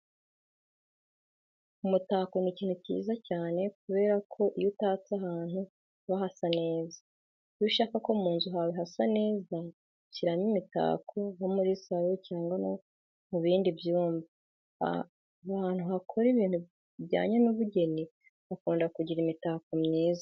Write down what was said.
Umutako ni ikintu cyiza cyane kubera ko iyo utatse ahantu haba hasa neza. Iyo ushaka ko mu nzu hawe hasa neza ushyiramo imitako nko muri saro cyangwa no mu bindi byumba. Ahantu bakora ibintu bijyanye n'ubugeni bakunda kugira imitako myiza.